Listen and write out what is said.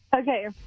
okay